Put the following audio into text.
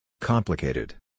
Complicated